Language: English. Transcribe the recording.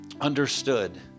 understood